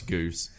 Goose